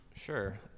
Sure